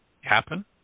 happen